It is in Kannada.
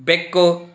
ಬೆಕ್ಕು